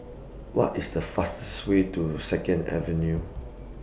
What IS The fastest Way to Second Avenue